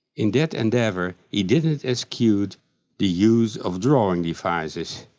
in that endeavor he didn't eschewed the use of drawing devices.